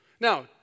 Now